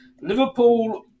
Liverpool